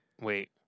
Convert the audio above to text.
wait